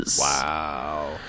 wow